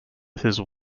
his